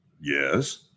Yes